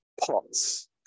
pots